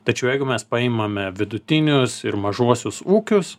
tačiau jeigu mes paimame vidutinius ir mažuosius ūkius